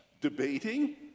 Debating